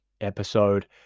episode